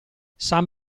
san